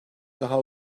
daha